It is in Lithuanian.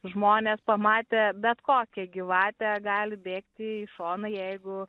žmonės pamatę bet kokią gyvatę gali bėgti į šoną jeigu